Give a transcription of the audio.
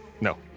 no